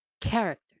character